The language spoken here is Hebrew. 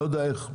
לא יודע איך.